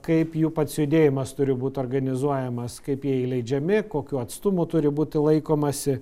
kaip jų pats judėjimas turi būt organizuojamas kaip jie įleidžiami kokių atstumų turi būti laikomasi